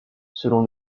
selon